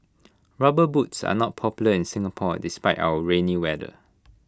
rubber boots are not popular in Singapore despite our rainy weather